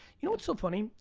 you know what's so funny?